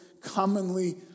commonly